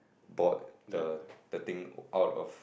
bought the the thing out of